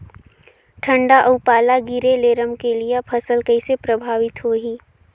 ठंडा अउ पाला गिरे ले रमकलिया फसल कइसे प्रभावित होही?